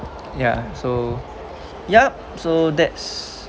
ya so yup so that's